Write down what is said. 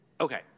Okay